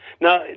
Now